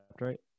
right